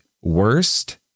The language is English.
worst